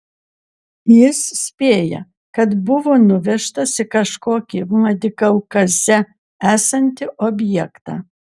jis spėja kad buvo nuvežtas į kažkokį vladikaukaze esantį objektą